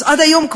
אז עד היום,